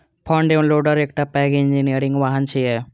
front end loader एकटा पैघ engineering वाहन छियै